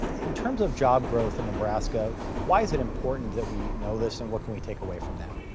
in terms of job growth in nebraska, why is it important that we know this and what can we take away from that?